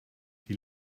die